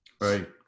Right